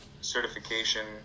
certification